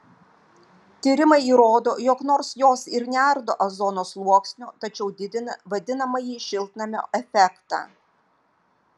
tyrimai įrodo jog nors jos ir neardo ozono sluoksnio tačiau didina vadinamąjį šiltnamio efektą